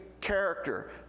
character